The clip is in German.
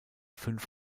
fünf